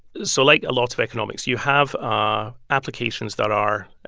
so like a lot of economics, you have ah applications that are